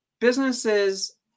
businesses